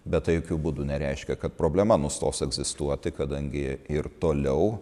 bet tai jokiu būdu nereiškia kad problema nustos egzistuoti kadangi ir toliau